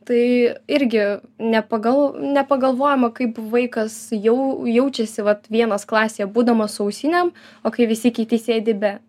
tai irgi ne pagal nepagalvojama kaip vaikas jau jaučiasi vat vienas klasėje būdamas su ausinėm o kai visi kiti sėdi be